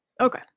Okay